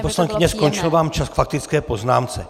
Paní poslankyně, skončil vám čas k faktické poznámce.